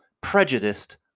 prejudiced